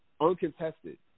Uncontested